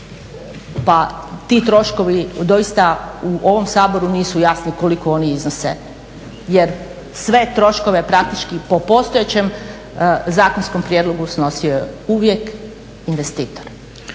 pa ti troškovi doista u ovom Saboru nisu jasni koliko oni iznose. Jer sve troškove praktički po postojećem zakonskom prijedlogu snosio je uvijek investitor.